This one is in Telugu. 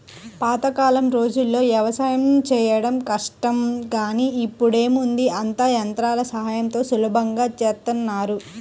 పాతకాలం రోజుల్లో యవసాయం చేయడం కష్టం గానీ ఇప్పుడేముంది అంతా యంత్రాల సాయంతో సులభంగా చేసేత్తన్నారు